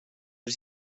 els